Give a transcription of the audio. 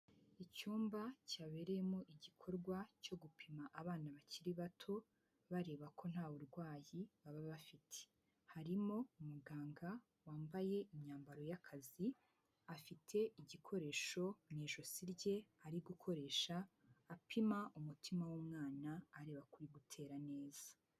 Icyumba cyabereyemo igikorwa cyo gupima abana bakiri bato, bareba ko nta burwayi baba bafite. Harimo umuganga wambaye imyambaro y'akazi, afite igikoresho mu ijosi rye ari gukoresha apima umutima w'umwana areba ko uri gutera neza.